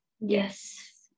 Yes